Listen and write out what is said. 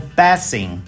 passing